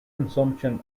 consumption